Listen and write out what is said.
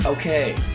okay